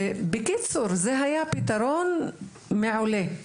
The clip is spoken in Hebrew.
זה היה פתרון מעולה.